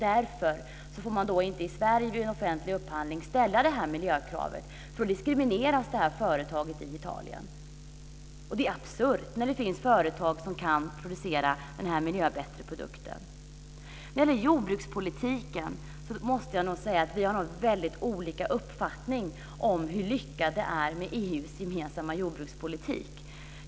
Därför får man alltså inte vid en offentlig upphandling i Sverige ställa det här miljökravet, för då diskrimineras företaget i Italien. Det är absurt när det finns företag som kan producera den här miljömässigt bättre produkten. När det gäller jordbrukspolitiken måste jag nog säga att vi har väldigt olika uppfattningar om hur lyckat det är med EU:s gemensamma jordbrukspolitik.